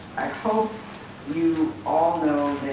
i hope you all know